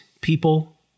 people